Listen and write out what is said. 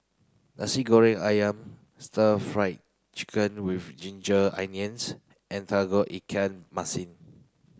Nasi Goreng Ayam stir fry chicken with ginger onions and Tauge Ikan Masin